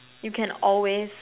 you can always